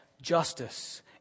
justice